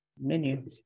Menu